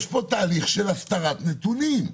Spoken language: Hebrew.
יש פה תהליך של הסתרת נתונים,